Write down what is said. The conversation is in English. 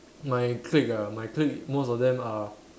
my clique ah my clique most of them are